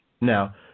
Now